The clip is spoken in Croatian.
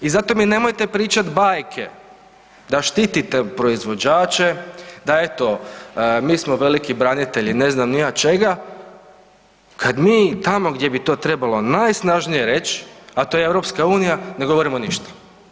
I zato mi nemojte pričat bajke da štitite proizvođače, da eto mi smo veliki branitelji ne znam ni ja čega kad mi tamo gdje bi to trebalo najsnažnije reć, a to je EU ne govorimo ništa.